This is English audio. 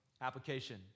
application